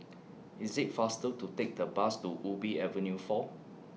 IS IT faster to Take The Bus to Ubi Avenue four